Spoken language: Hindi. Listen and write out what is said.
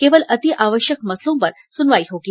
केवल अति आवश्यक मसलों पर सुनवाई होगी